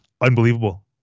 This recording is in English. unbelievable